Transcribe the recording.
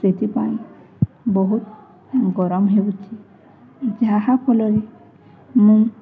ସେଥିପାଇଁ ବହୁତ ଗରମ ହେଉଛି ଯାହାଫଳରେ ମୁଁ